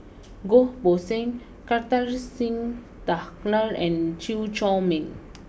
Goh Poh Seng Kartar Singh Thakral and Chew Chor Meng